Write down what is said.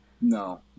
No